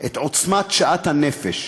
את עוצמת שאט הנפש.